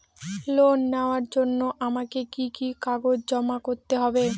Loan নেওয়ার জন্য আমাকে কি কি কাগজ জমা করতে হবে?